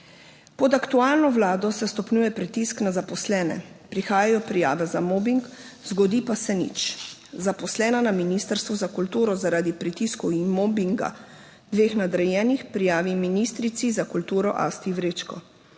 Pod aktualno vlado se stopnjuje pritisk na zaposlene, prihajajo prijave za mobing, zgodi pa se nič. Zaposlena na Ministrstvu za kulturo zaradi pritiskov in mobinga dveh nadrejenih prijavi ministrici za kulturo Asti Vrečko.